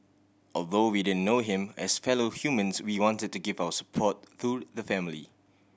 although we didn't know him as fellow humans we wanted to give our support to the family